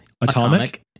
Atomic